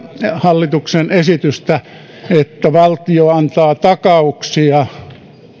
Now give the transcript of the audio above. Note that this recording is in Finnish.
hallituksen esitystä että valtio antaa takauksia